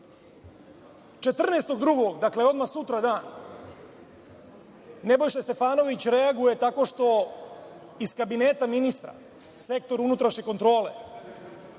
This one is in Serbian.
dakle odmah sutradan, Nebojša Stefanović reaguje tako što iz Kabineta ministra, Sektor unutrašnje kontrole,